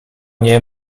nie